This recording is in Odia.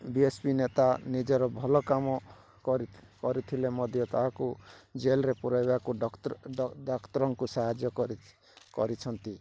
ଡି ଏସ୍ ପି ନେତା ନିଜର ଭଲ କାମ କରି କରିଥିଲେ ମଧ୍ୟ ତାହାକୁ ଜେଲ୍ରେ ପୁରାଇବାକୁ ଡାକ୍ତରଙ୍କୁ ସାହାଯ୍ୟ କରି କରିଛନ୍ତି